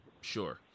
Sure